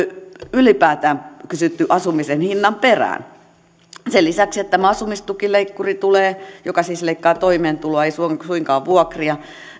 ylipäätään kysytty asumisen hinnan perään sen lisäksi että asumistukileikkuri tulee joka siis leikkaa toimeentuloa ei suinkaan suinkaan vuokria